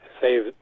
save